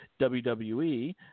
WWE